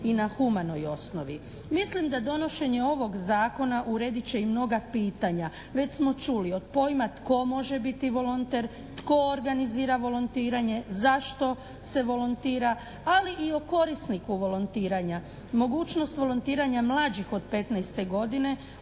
i na humanoj osnovi. Mislim da donošenje ovog zakona uredit će i mnoga pitanja. Već smo čuli od pojma tko može biti volonter, tko organizira volontiranje, zašto se volontira, ali i o korisniku volontiranja. Mogućnost volontiranja mlađih od 15. godine,